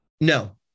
No